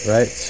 Right